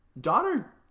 daughter